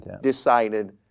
decided